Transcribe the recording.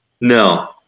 no